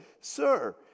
Sir